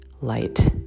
light